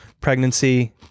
pregnancy